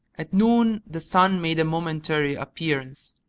at noon the sun made a momentary appearance.